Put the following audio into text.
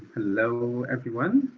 hello, everyone.